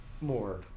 more